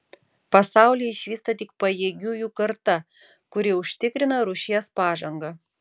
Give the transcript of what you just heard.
pasaulį išvysta tik pajėgiųjų karta kuri užtikrina rūšies pažangą